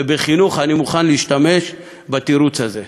ובחינוך אני מוכן להשתמש בתירוץ הזה,